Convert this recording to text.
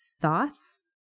thoughts